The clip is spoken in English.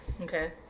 Okay